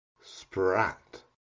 Sprat